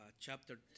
chapter